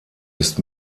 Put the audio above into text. ist